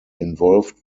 involved